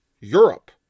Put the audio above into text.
Europe